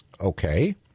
Okay